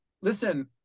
listen